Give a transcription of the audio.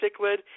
cichlid